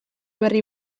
berri